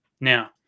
Now